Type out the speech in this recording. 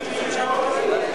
ליושבים באוהלים.